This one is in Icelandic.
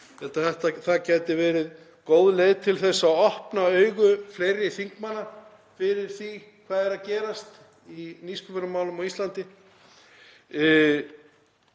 að það gæti verið góð leið til þess að opna augu fleiri þingmanna fyrir því hvað er að gerast í nýsköpunarmálum á Íslandi.